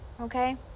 Okay